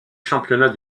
championnat